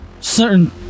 Certain